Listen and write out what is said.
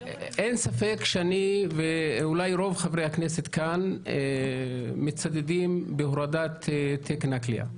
אין ספק שאני ואולי רוב חברי הכנסת כאן מצדדים בהורדת תקן הכליאה,